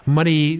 money